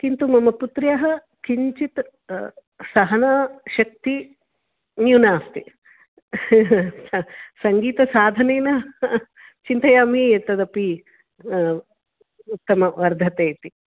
किन्तु मम पुत्र्याः किञ्चित् सहनशक्तिः न्यूनास्ति सङ्गीतसाधनेन चिन्तयामि एतदपि उत्तमं वर्धते इति